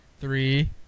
Three